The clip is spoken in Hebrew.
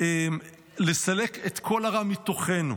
את כל הרע מתוכנו.